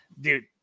dude